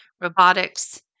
robotics